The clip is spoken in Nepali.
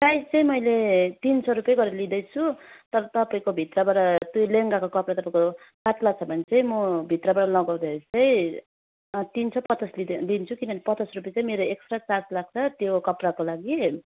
प्राइस चाहिँ मैले तिन सय रुपियाँ गरेर लिँदैछु तर तपाईँको भित्रबाट त्यो लेहेङ्गाको कपडा तपाईँको पातला छ भने चाहिँ म भित्रबाट लगाउँदाखेरि चाहिँ तिन सय पचास लिँदै लिन्छु किनभने पचास रुपियाँ चाहिँ मेरो एक्स्ट्रा चार्ज लाग्छ त्यो कपडाको लागि